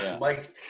Mike